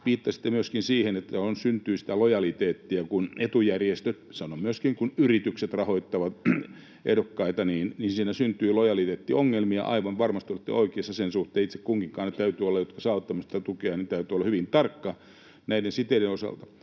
Viittasitte myöskin siihen, että syntyy lojaliteettia, kun etujärjestöt — sanon myöskin yritykset — rahoittavat ehdokkaita, siinä syntyy lojaliteettiongelmia. Aivan varmasti olette oikeassa sen suhteen. Itse kunkin, joka saa tämmöistä tukea, täytyy olla hyvin tarkka näiden siteiden osalta.